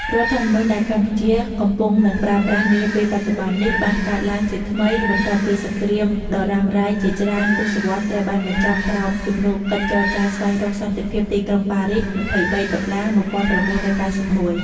រដ្ឋធម្មនុញ្ញ ដែលកម្ពុជាកំពុងនិងប្រើប្រាស់នាពេលបច្ចុប្បន្ននេះ បានកើតឡើងជាថ្មី បន្ទាប់ពីសង្រ្គាមដ៏រ៉ាំរៃជាច្រើនទសវត្សរ៍ត្រូវបានបញ្ចប់ក្រោមជំនួបកិច្ចចរចាស្វែងរកសន្តិភាពទីក្រុងប៉ារីស ២៣ តុលា ១៩៩១។